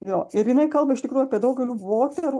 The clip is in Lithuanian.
jo ir jinai kalba iš tikrųjų apie daugelį moterų